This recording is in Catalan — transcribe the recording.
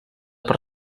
per